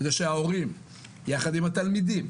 שההורים יחד עם התלמידים,